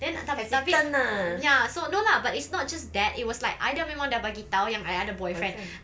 then tapi ya so no lah but it's not just that it was like I dah memang dah bagi tahu yang I ada boyfriend